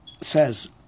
says